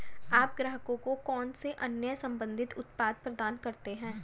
आप ग्राहकों को कौन से अन्य संबंधित उत्पाद प्रदान करते हैं?